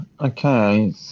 okay